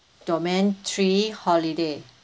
domain three holiday